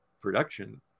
production